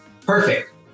perfect